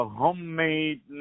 homemade